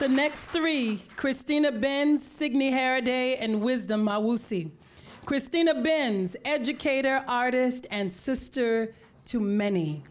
the next three christina been signee hair day and wisdom i will see christina binns educator artist and sister to many